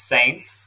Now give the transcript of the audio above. Saints